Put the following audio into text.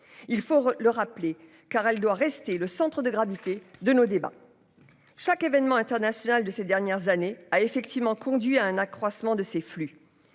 il faut le rappeler, car elle doit rester le centre de gravité de nos débats. Chaque événement international de ces dernières années a effectivement conduit à un accroissement de ces flux.